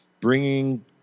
bringing